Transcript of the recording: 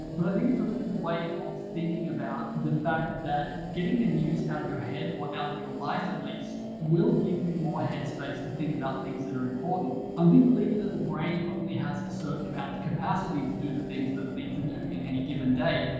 but i think it's a really good way of thinking about the fact that getting the news out of your head, or out of your life at least, will give you more head space to think about things that are important. i'm a big believer that the brain only has a certain amount of capacity to do the things that needs to do in any given day.